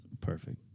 Perfect